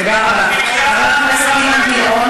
תודה רבה, חבר הכנסת פריג'.